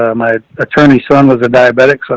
ah my attorney sun was a diabetic. so